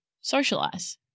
socialize